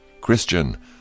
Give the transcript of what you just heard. Christian